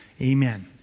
amen